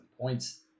points